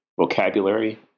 vocabulary